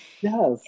yes